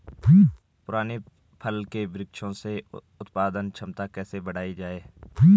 पुराने फल के वृक्षों से उत्पादन क्षमता कैसे बढ़ायी जाए?